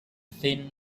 thin